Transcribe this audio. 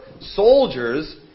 soldiers